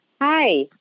Hi